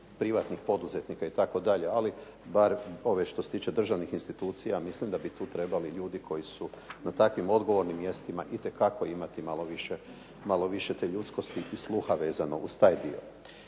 privatnih poduzetnika itd., ali bar ovih što se tiče državnih institucija mislim da bi tu trebali ljudi koji su na takvim odgovornim mjestima itekako imati malo više te ljudskosti i sluha vezano uz taj dio.